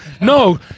No